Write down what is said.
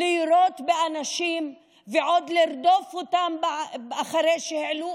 לירות באנשים ועוד לרדוף אותם אחרי שהעלו